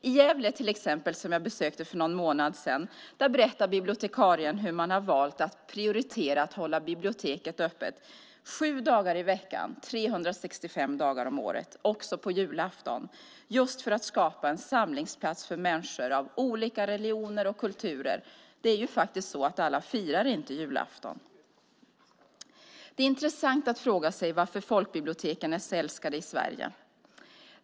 I Gävle till exempel, som jag besökte för någon månad sedan, berättade bibliotekarien hur man har valt att prioritera att hålla biblioteket öppet 7 dagar i veckan - 365 dagar om året, också på julafton - för att skapa en samlingsplats för människor av olika religioner och kulturer. Det är ju faktiskt så att inte alla firar julafton. Det är intressant att fråga sig varför folkbiblioteken är så älskade i Sverige.